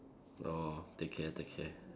orh take care take care